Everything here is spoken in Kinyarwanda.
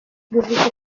bivuze